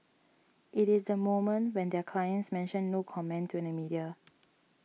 it is the moment when their clients mention no comment to the media